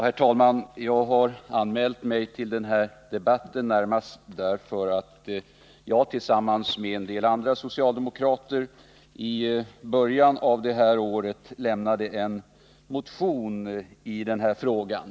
Herr talman! Jag har anmält mig till den här debatten närmast därför att jag tillsammans med en del andra socialdemokrater i början av året avlämnade en motion i frågan.